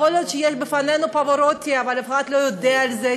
יכול להיות שיהיה לנו פברוטי אבל אף אחד לא יודע על זה,